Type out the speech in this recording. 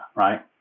right